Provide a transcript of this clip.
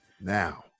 now